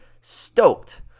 stoked